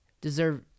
deserve